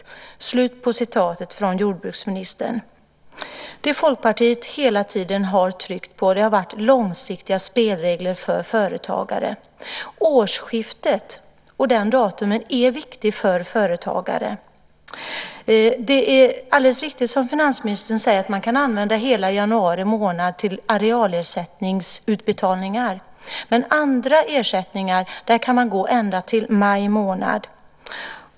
Folkpartiet har hela tiden tryckt på för att företagare ska få långsiktiga spelregler. Årsskiftet, just det datumet, är viktigt för företagare. Det är alldeles riktigt, som finansministern säger, att man kan använda hela januari månad till arealersättningsutbetalningen, medan man i fråga om andra ersättningar kan gå ända till maj månad.